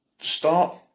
Start